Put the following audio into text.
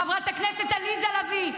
חברת הכנסת עליזה לביא,